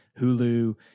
Hulu